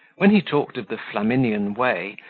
when he talked of the flaminian way,